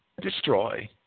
destroy